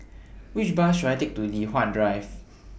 Which Bus should I Take to Li Hwan Drive